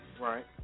right